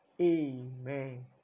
Amen